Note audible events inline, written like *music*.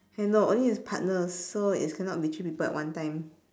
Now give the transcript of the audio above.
*noise* no only with partners so it's cannot be three people at one time